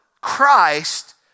Christ